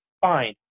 fine